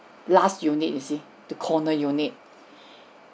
last unit you see the corner unit